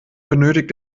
benötigt